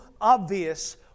obvious